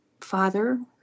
Father